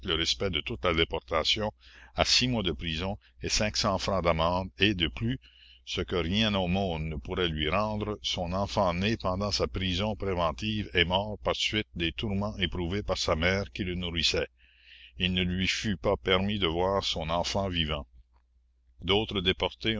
respect de toute la déportation à six mois de prison et francs d'amende et de plus ce que rien au monde ne pourrait lui rendre son enfant né pendant sa prison préventive est mort par suite des tourments éprouvés par sa mère qui le nourrissait il ne lui fut pas permis de voir son enfant vivant la commune d'autres déportés